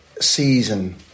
season